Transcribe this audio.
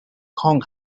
kong